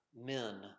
men